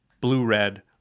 blue-red